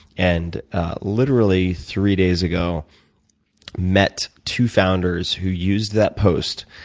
and literally, three days ago met two founders who used that post,